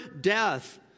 death